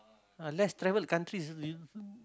ah less travelled countries